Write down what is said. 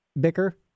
bicker